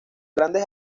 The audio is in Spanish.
grandes